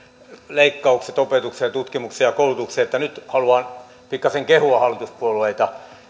leikkaukset opetukseen ja tutkimukseen ja koulutukseen että nyt haluan pikkasen kehua hallituspuolueita